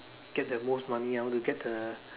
get the most money I wanna get the